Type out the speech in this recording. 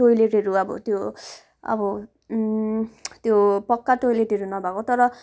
टोइलेटहरू अब त्यो अब त्यो पक्का टोइलेटहरू नभएको तर